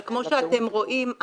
אבל כמו שאתם רואים,